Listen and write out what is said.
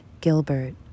Gilbert